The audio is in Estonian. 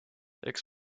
eks